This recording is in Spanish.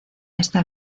está